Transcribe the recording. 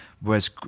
Whereas